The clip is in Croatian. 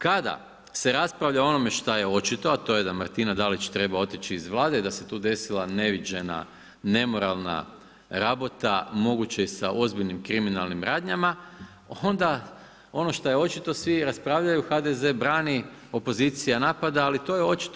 Kada se raspravlja o onome što je očito, a to je da Martina Dalić treba otići iz Vlade i da se tu desila neviđena nemoralna rabota, moguće sa ozbiljnim kriminalnim radnjama, onda ono što je očito svi raspravljaju, HDZ brani, opozicija napada, ali to je očito.